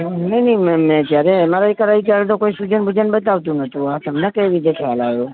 હા નહીં નહીં મેમ જ્યારે એમ આર આઈ કરાવ્યું ત્યારે કોઈ સુજન બુજન બતાવતું નહોતું આ તમને કેવી રીતે ખ્યાલ આવ્યો